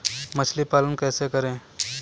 मछली पालन कैसे करें?